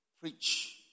preach